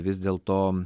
vis dėl to